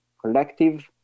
collective